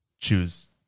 choose